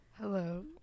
hello